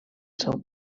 seu